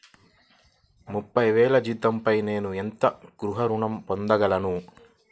ముప్పై వేల జీతంపై నేను ఎంత గృహ ఋణం పొందగలను?